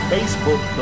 Facebook